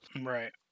Right